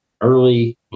early